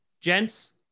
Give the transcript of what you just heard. Gents